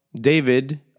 David